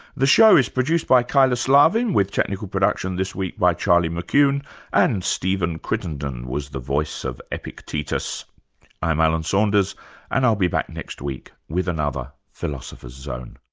the show is produced by kyla slaven with technical production this week by charlie mccune and stephen crittenden was the voice of epictetus. i'm alan saunders and i'll be back next week with another philosopher's zone